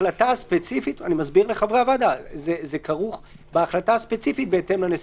אני מסביר לחברי הוועדה שזה כרוך בהחלטה הספציפית בהתאם לנסיבות.